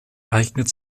eignet